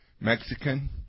Mexican